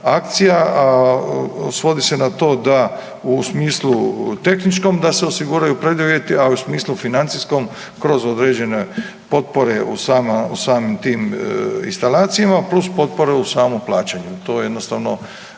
akcija, a svodi se na to da u smislu tehničkom, da se osiguraju preduvjeti, a u smislu financijskom kroz određene potpore u samim tim instalacijama, plus potpore u samom plaćanju, to jednostavno